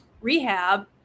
rehab